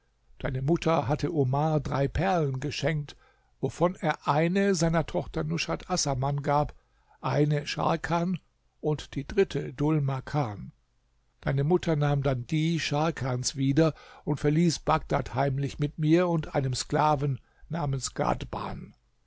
deine mutter hatte omar drei perlen geschenkt wovon er eine seiner tochter nushat assaman gab eine scharkan und die dritte dhul makan deine mutter nahm dann die scharkans wieder und verließ bagdad heimlich mit mir und einem sklaven namens